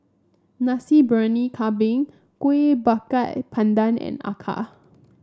Nasi Briyani Kambing Kueh Bakar Pandan and Acar